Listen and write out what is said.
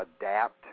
adapt